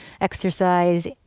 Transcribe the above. exercise